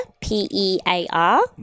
P-E-A-R